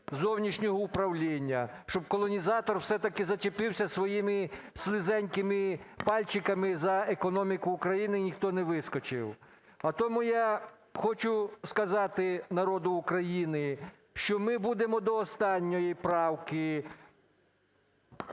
зовнішнього управління, щоб колонізатор все таки зачепився своїми слизенькими пальчиками за економіку України і ніхто не вискочив. А тому я хочу сказати народу України, що ми будемо до останньої правки